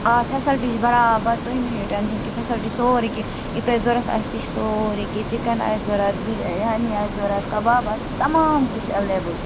آ فیسلٹی چھِ برابر تُہۍ مہٕ ہیٚیِو ٹٮ۪نٛشن کیٚنٛہہ فیسلٹی چھِ سورُے کیٚنٛہہ یہِ تۅہہِ ضروٗرت آسہِ تہِ چھُ سورُے کیٚنٛہہ چِکن آسہِ ضروٗرت بریانی آسہِ ضروٗرت کباب آسہِ تمام تہِ چھُ ایٚویلیبُل